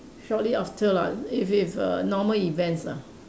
shortly after lah if if err normal events lah